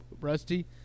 rusty